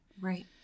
Right